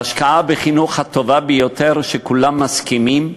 ההשקעה בחינוך הטובה ביותר, וכולם מסכימים,